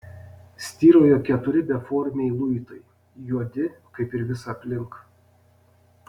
styrojo keturi beformiai luitai juodi kaip ir visa aplink